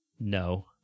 No